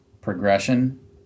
progression